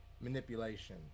manipulation